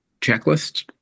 checklist